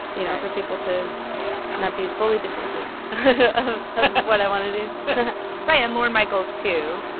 you know, for people to not be fully dismissive of what i want to do right. and lorne michaels, too.